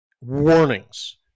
warnings